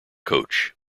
coach